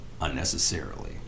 unnecessarily